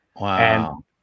Wow